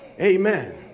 Amen